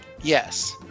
Yes